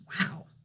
Wow